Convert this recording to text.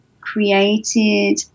created